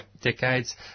decades